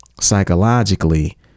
psychologically